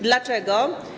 Dlaczego?